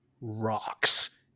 rocks